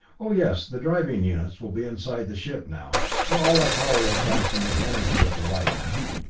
oh yes, the driving units will be inside the ship now, for all our power will come from the energy of the light-matter.